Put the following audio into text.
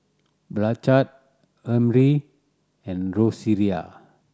Blanchard Emry and Rosaria